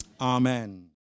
amen